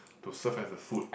to serve as a food